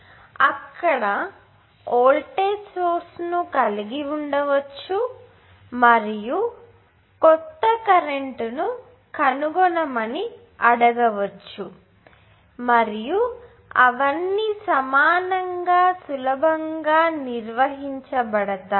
అక్కడ voltage source ను కలిగి ఉండవచ్చు మరియు కొంత కరెంట్ను కనుగొనమని అడగవచ్చు మరియు అవన్నీ సమానంగా సులభంగా నిర్వహించబడతాయి